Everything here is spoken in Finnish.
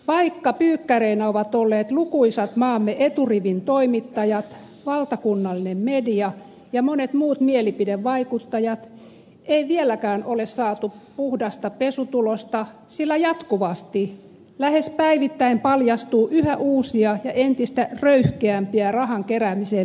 vaikka pyykkäreinä ovat olleet lukuisat maamme eturivin toimittajat valtakunnallinen media ja monet muut mielipidevaikuttajat ei vieläkään ole saatu puhdasta pesutulosta sillä jatkuvasti lähes päivittäin paljastuu yhä uusia ja entistä röyhkeämpiä rahan keräämiseen liittyviä lonkeroita